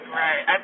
right